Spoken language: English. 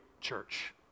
church